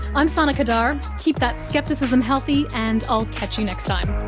i'm sana qadar. keep that scepticism healthy, and i'll catch you next time